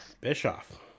Bischoff